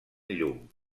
llum